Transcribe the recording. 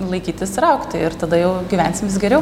laikytis ir augti ir tada jau gyvensim vis geriau